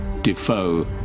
Defoe